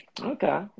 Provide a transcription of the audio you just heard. Okay